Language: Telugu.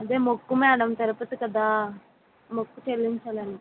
అదే మొక్కు మ్యాడం తిరుపతి కదా మొక్కు చెల్లించాలని